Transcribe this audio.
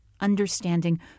understanding